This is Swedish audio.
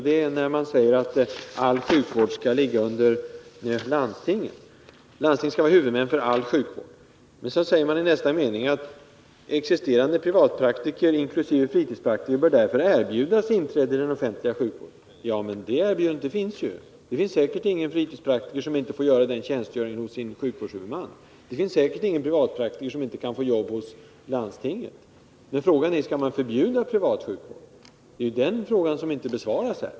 Det är när man säger att landstingen skall vara huvudmän för all sjukvård. Men så heter det i nästa mening: ”Existerande privatpraktiker inkl. de s.k. fritidspraktikerna bör därför erbjudas inträde i den offentliga sjukvården.” —- Ja, men det behöver inte erbjudas. Det får de redan. Det är säkert ingen fritidspraktiker som inte får fullgöra den tjänstgöringen hos sin sjukvårdshuvudman, och det finns säkert ingen privatpraktiker som inte kan få jobb hos landstingen. Men frågan är: Skall man förbjuda privatsjukvård? Den frågan har inte blivit besvarad.